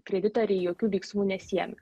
kreditoriai jokių veiksmų nesiėmė